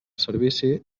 servici